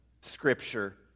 Scripture